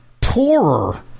poorer